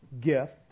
gift